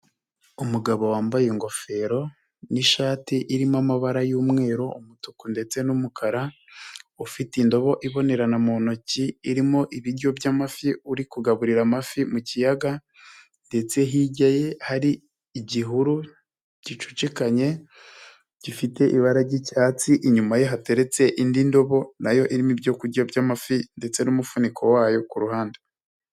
Umugabo wambaye ingofero n'ishati irimo amabara y'umweru, umutuku ndetse n'umukara. Ufite indobo ibonerana mu ntoki, irimo ibiryo by'amafi. Uri kugaburira amafi mu kiyaga ndetse hirya ye hari igihuru gicucikanye gifite ibara ry'icyatsi. Inyuma ye hateretse indi ndobo nayo irimo ibyo kurya by'amafi ndetse n'umufuniko wayo ku ruhande.